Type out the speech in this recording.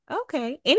Okay